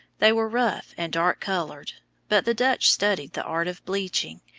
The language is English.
they were rough and dark-coloured but the dutch studied the art of bleaching,